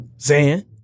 Zan